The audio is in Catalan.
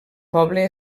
poble